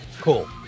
Cool